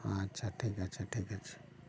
ᱟᱪᱪᱷᱟ ᱴᱷᱤᱠ ᱟᱪᱷᱮ ᱴᱷᱤᱠ ᱟᱪᱷᱮ